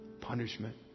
punishment